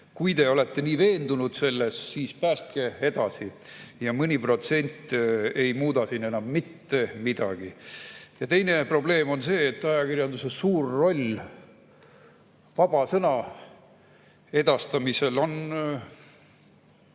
Kui te olete nii veendunud selles, siis päästke edasi, ja mõni protsent ei muuda siin enam mitte midagi. Teine probleem on see, et ajakirjanduse suur roll vaba sõna edastamisel on